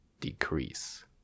decrease